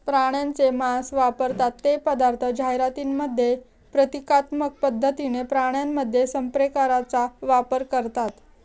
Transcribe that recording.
प्राण्यांचे मांस वापरतात ते पदार्थ जाहिरातींमध्ये प्रतिकात्मक पद्धतीने प्राण्यांमध्ये संप्रेरकांचा वापर करतात